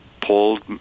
pulled